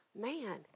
man